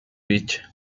beach